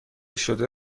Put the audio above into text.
شده